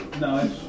No